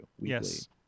Yes